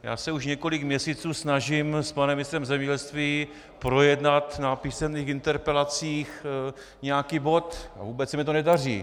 Já se už několik měsíců snažím s panem ministrem zemědělství projednat na písemných interpelacích nějaký bod, a vůbec se mi to nedaří.